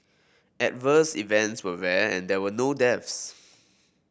adverse events were rare and there were no deaths